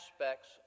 aspects